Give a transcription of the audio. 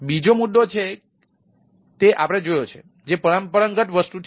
બીજો મુદ્દો જે છે તે આપણે જોયો છે જે પરંપરાગત વસ્તુથી અલગ છે